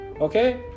Okay